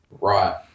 right